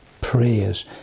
prayers